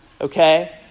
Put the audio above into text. okay